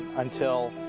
until.